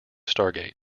stargate